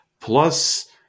Plus